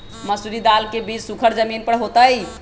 मसूरी दाल के बीज सुखर जमीन पर होतई?